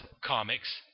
comics